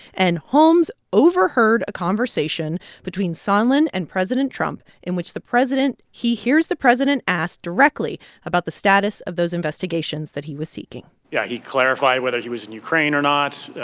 and holmes overheard a conversation between sondland and president trump in which the president he hears the president ask directly about the status of those investigations that he was seeking yeah. he clarified whether he was in ukraine or not.